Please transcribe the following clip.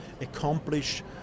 accomplish